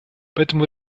поэтому